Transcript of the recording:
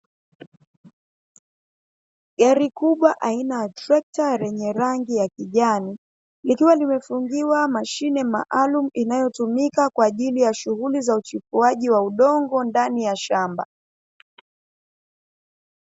Gari kubwa aina ya trekta lenye rangi ya kijani, likiwa limefungiwa mashine maalumu inayotumika kwa ajili ya shughuli za uchipuaji wa udongo ndani ya shamba.